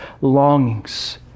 longings